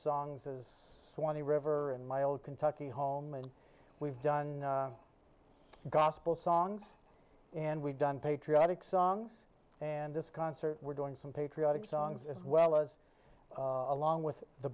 songs as swanee river and my old kentucky home and we've done gospel songs and we've done patriotic songs and this concert we're doing some patriotic songs as well as along with the